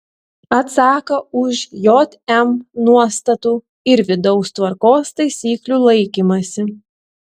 atsako už jm nuostatų ir vidaus tvarkos taisyklių laikymąsi